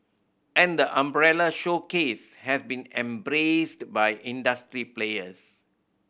and the umbrella showcase has been embraced by industry players